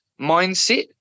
mindset